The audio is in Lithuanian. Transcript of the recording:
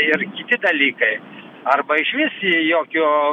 ir kiti dalykai arba išvis jokio